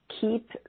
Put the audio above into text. keep